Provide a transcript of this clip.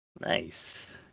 Nice